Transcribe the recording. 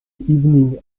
evening